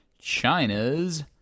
China's